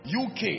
UK